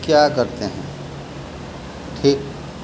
کیا کرتے ہیں ٹھیک